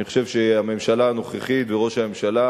אני חושב שהממשלה הנוכחית וראש הממשלה